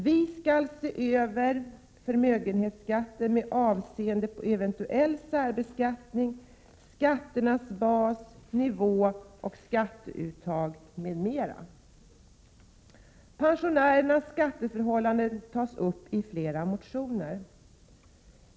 Vi skall se över förmögenhetsskatten med avseende på eventuell särbeskattning, skatternas bas, nivån på skatteuttaget m.m. Pensionärernas skatteförhållanden tas upp i flera motioner.